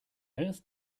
earth